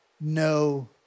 no